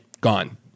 gone